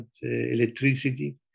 electricity